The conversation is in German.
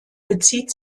bezieht